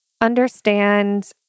understand